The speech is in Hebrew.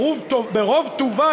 ברוב טובה,